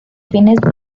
fines